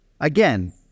again